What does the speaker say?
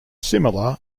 similar